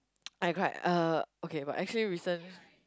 I cry uh okay but actually recent